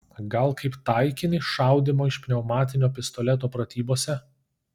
gal kaip taikinį šaudymo iš pneumatinio pistoleto pratybose